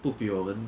不比我们